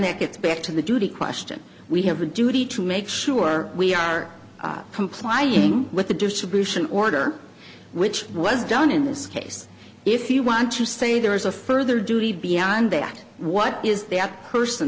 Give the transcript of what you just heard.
that gets back to the duty question we have a duty to make sure we are complying with the distribution order which was done in this case if you want to say there is a further duty beyond that what is the other person